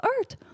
earth